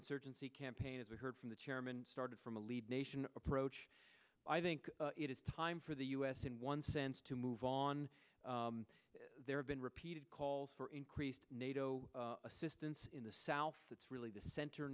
insurgency campaign as we heard from the chairman started from a lead nation approach i think it is time for the u s in one sense to move on there have been repeated calls for increased nato assistance in the south that's really the center